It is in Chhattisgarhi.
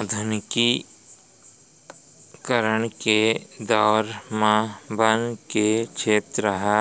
आधुनिकीकरन के दौर म बन के छेत्र ह